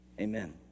Amen